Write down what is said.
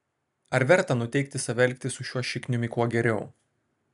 ar verta nuteikti save elgtis su šiuo šikniumi kuo geriau